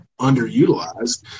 underutilized